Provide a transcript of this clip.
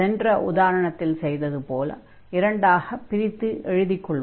சென்ற உதாரணத்தில் செய்தது போல இரண்டாகப் பிரித்து எழுதிக் கொள்வோம்